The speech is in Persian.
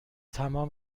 تمام